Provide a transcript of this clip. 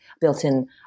built-in